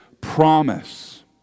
promise